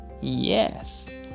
Yes